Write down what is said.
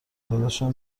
داداشم